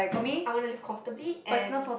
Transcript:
I want to live comfortably and